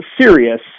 serious